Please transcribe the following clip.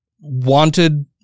wanted